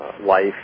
life